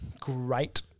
Great